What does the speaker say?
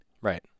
Right